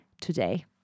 today